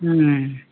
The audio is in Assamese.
ওম